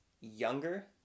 younger